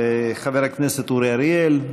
חבר הכנסת אורי אריאל.